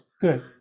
good